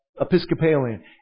Episcopalian